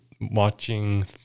watching